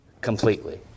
completely